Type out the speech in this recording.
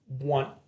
want